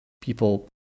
people